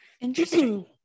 Interesting